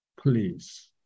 please